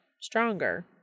stronger